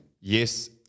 yes